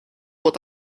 what